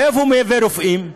מאיפה הוא מייבא רופאים?